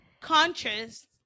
conscious